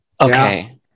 okay